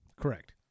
correct